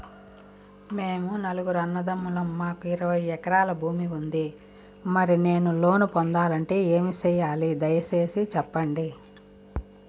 మేము నలుగురు అన్నదమ్ములం మాకు ఇరవై ఎకరాల భూమి ఉంది, మరి నేను లోను పొందాలంటే ఏమి సెయ్యాలి? దయసేసి సెప్పండి?